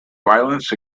violence